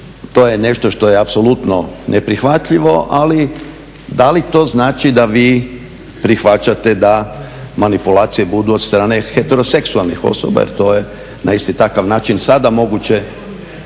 To je nešto što je apsolutno neprihvatljivo, ali da li to znači da vi prihvaćate da manipulacije budu od strane heteroseksualnih osoba jer to je na isti takav način sada moguće